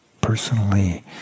personally